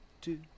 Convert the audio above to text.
two